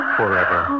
forever